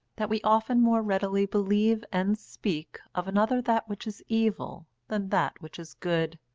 that we often more readily believe and speak of another that which is evil than that which is good.